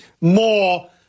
more